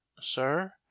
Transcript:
sir